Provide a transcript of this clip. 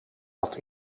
had